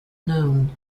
known